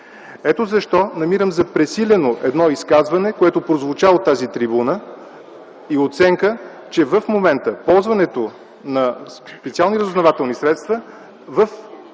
Ето защо намирам за пресилено едно изказване, което прозвуча от тази трибуна, и оценка, че в момента ползването на специални разузнавателни средства в